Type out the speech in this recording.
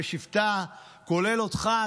כולל אותך,